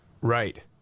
Right